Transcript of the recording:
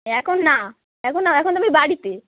এখন না এখন না এখন তো আমি বাড়িতে